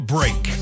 Break